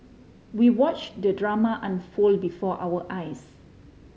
we watch the drama unfold before our eyes